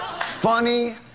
funny